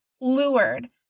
lured